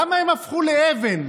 למה הן הפכו לאבן?